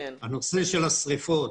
הנושא של השריפות,